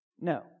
No